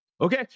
Okay